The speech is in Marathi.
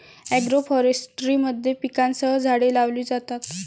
एग्रोफोरेस्ट्री मध्ये पिकांसह झाडे लावली जातात